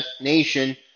nation